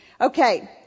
okay